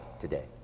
today